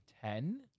Ten